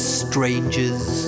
strangers